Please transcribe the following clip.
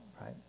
right